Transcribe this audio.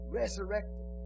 resurrected